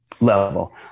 level